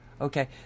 Okay